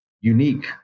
unique